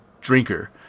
drinker